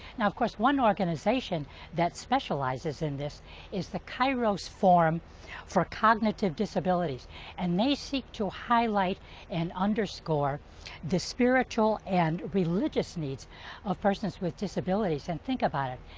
now, of course, one organization that specializes in this is the kairos form for cognitive disability and they seek to highlight and underscore the spiritual and religious needs of persons with disabilities. and think about it.